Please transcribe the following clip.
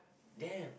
damn